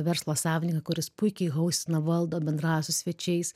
verslo savininką kuris puikiai haustina valdo bendrauja su svečiais